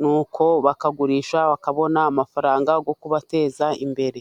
nuko bakagurisha bakabona amafaranga yo kubateza imbere.